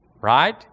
Right